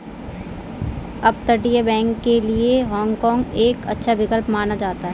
अपतटीय बैंक के लिए हाँग काँग एक अच्छा विकल्प माना जाता है